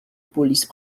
police